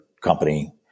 company